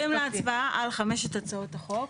עוברים להצבעה על חמש הצעות החוק.